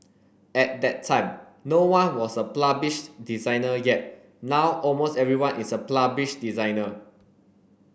at that time no one was a published designer yet now almost everyone is a published designer